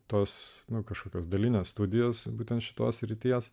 tos nu kažkokios dalinės studijos būtent šitos srities